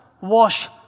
wash